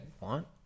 want